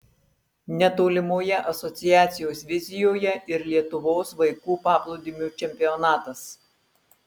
netolimoje asociacijos vizijoje ir lietuvos vaikų paplūdimio čempionatas